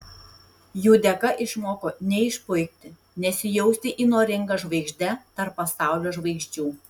jų dėka išmoko neišpuikti nesijausti įnoringa žvaigžde tarp pasaulio žvaigždžių